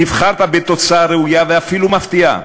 נבחרת בתוצאה ראויה ואפילו מפתיעה,